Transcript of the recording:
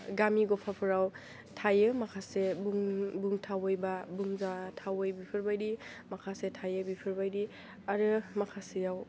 गामि गफाफोराव थायो माखासे बुंथावै बा बुंजाथावै बेफोरबायदि माखासे थायो बेफोरबायदि आरो माखासेयाव